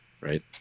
right